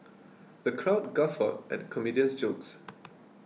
the crowd guffawed at comedian's jokes